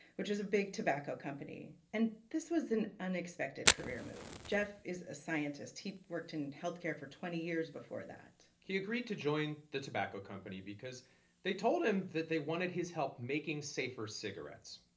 which was a big tobacco company. and this was an unexpected career move. jeff is a scientist. he worked in health care for twenty years before that he agreed to join the tobacco company because they told him that they wanted his help making safer cigarettes,